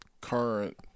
current